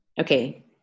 Okay